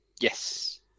Yes